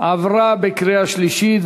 עברה בקריאה שלישית,